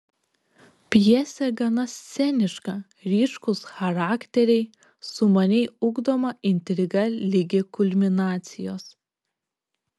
pjesė gana sceniška ryškūs charakteriai sumaniai ugdoma intriga ligi kulminacijos